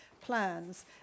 plans